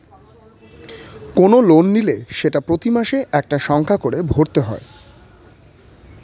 কোনো লোন নিলে সেটা প্রতি মাসে একটা সংখ্যা করে ভরতে হয়